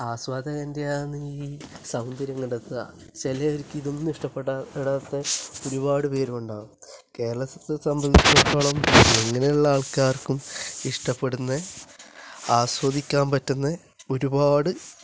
ആസ്വാദകൻ്റെയാന്ന് ഈ സൗന്ദര്യം കണ്ടെത്തുക ചിലർക്ക് ഇതൊന്നും ഇഷ്ടപ്പെടാത്ത ഒരുപാട് പേരുണ്ടാകും കേരളത്തെ സംബന്ധിച്ചിടത്തോളം എങ്ങനെയുള്ള ആൾക്കാർക്കും ഇഷ്ടപ്പെടുന്നെ ആസ്വദിക്കാൻ പറ്റുന്ന ഒരുപാട്